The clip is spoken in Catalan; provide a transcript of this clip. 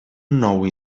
nou